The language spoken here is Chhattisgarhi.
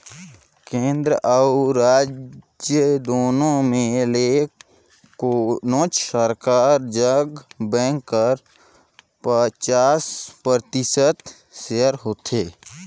केन्द्र अउ राएज दुनो में ले कोनोच सरकार जग बेंक कर पचास परतिसत सेयर होथे